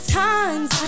times